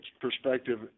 perspective